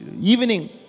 evening